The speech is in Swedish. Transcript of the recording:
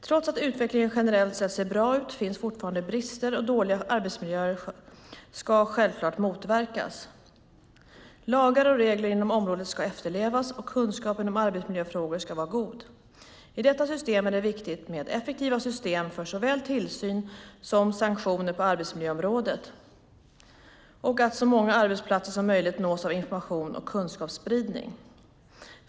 Trots att utvecklingen generellt sett ser bra ut finns fortfarande brister, och dåliga arbetsmiljöer ska självklart motverkas. Lagar och regler inom området ska efterlevas och kunskapen om arbetsmiljöfrågor ska vara god. I detta syfte är det viktigt med effektiva system för såväl tillsyn som sanktioner på arbetsmiljöområdet och att så många arbetsplatser som möjligt nås av information och kunskapsspridning.